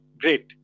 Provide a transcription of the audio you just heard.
great